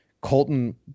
Colton